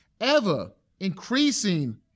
ever-increasing